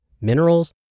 minerals